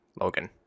Logan